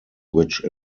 which